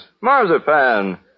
marzipan